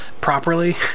properly